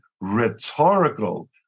Rhetorical